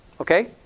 Okay